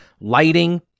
lighting